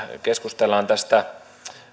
keskustellaan tästä